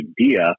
idea